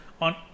on